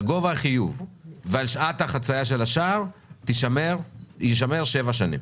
על גובה החיוב ועל שעת החצייה של השער יישמר במשך שבע שנים.